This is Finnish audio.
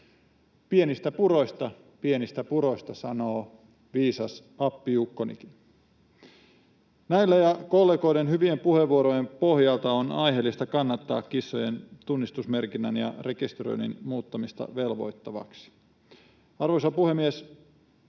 pienistä puroista, pienistä puroista, sanoo viisas appiukkonikin. Näiden ja kollegoiden hyvien puheenvuorojen pohjalta on aiheellista kannattaa kissojen tunnistusmerkinnän ja rekisteröinnin muuttamista velvoittavaksi. Arvoisa puhemies!